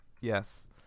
Yes